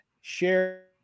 share